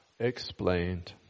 explained